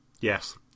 Yes